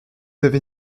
avez